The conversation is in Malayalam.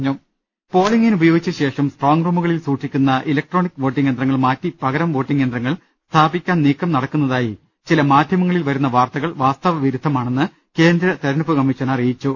്്്്്്്് പോളിംഗിനുപയോഗിച്ചശേഷം സ്ട്രോംഗ് റൂമുകളിൽ സൂക്ഷിക്കുന്ന ഇലക്ട്രോണിക് വോട്ടിംഗ് യന്ത്രങ്ങൾ മാറ്റി പകരം വോട്ടിംഗ് യന്ത്രങ്ങൾ സ്ഥാപി ക്കാൻ നീക്കം നടക്കുന്നതായി ചില മാധ്യമങ്ങളിൽ വരുന്ന വാർത്തകൾ വാസ്തവ വിരുദ്ധമാണെന്ന് കേന്ദ്ര തെരഞ്ഞെടുപ്പ് കമ്മീഷൻ അറിയിച്ചു